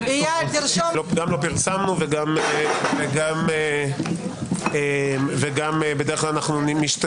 אנחנו כמובן לא נצביע היום כי גם לא פרסמנו וגם בדרך כלל אנחנו משתדלים,